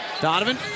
Donovan